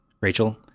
Rachel